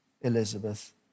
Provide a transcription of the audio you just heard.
Elizabeth